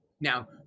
Now